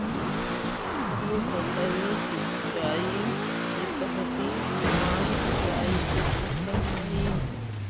अधोसतही सिंचाई के पद्धति सामान्य सिंचाई से पृथक हइ